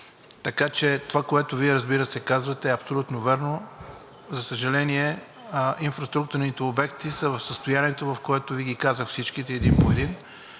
Така че това, което Вие казвате, е абсолютно вярно. За съжаление, инфраструктурните обекти са в състоянието, в което Ви ги казах всичките един по един.